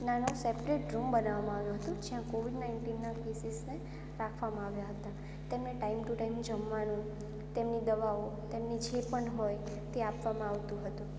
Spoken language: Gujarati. નાનો સેપરેટ રૂમ બનાવવામાં આવ્યો હતો જ્યાં કોવિડ નાઇન્ટીનના કેસીસને રાખવામાં આવ્યા હતા તેમને ટાઇમ ટુ ટાઇમ જમવાનું તેમની દવાઓ તેમને જે પણ હોય તે આપવામાં આવતું હતું